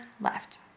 Left